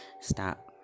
stop